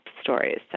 stories